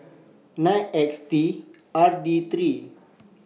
nine X T R D three